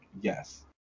yes